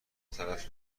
طرف